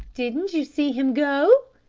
didn't you see him go?